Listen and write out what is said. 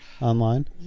online